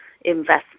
investment